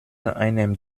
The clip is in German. einem